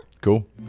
Cool